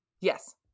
Yes